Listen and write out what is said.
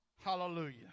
Hallelujah